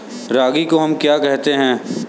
रागी को हम क्या कहते हैं?